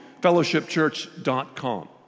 fellowshipchurch.com